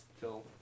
till